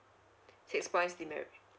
six points demerit